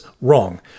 wrong